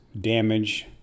damage